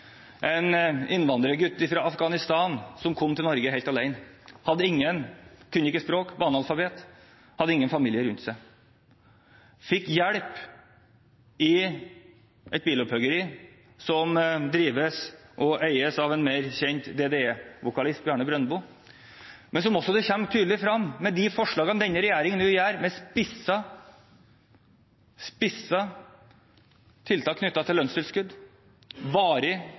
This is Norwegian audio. en innvandrergutt fra Afghanistan som kom til Norge helt alene. Han hadde ingen, kunne ikke språket, var analfabet, hadde ingen familie rundt seg. Han fikk hjelp i et bilopphoggeri som drives og eies av en bedre kjent DDE-vokalist, Bjarne Brøndbo. Denne regjeringen kommer nå med forslag om spissede tiltak knyttet til lønnstilskudd,